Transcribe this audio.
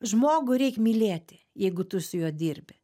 žmogų reik mylėti jeigu tu su juo dirbi